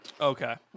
Okay